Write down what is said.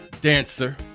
Dancer